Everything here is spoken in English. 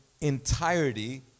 entirety